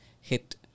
hit